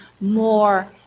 more